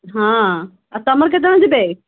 ହଁ ତୁମର କେତେଜଣ ଯିବେ